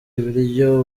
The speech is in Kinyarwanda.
ibiryo